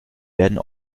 werden